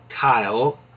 Kyle